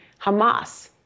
Hamas